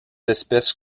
espèces